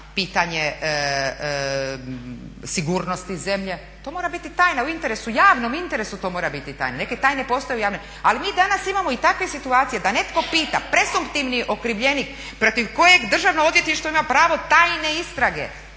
pitanje sigurnosti zemlje. To mora biti tajna u interesu, u javnom interesu to mora biti tajna. Ali mi danas imamo i takve situacije da netko pita presumptivni okrivljenik protiv kojeg Državno odvjetništvo ima pravo tajne istrage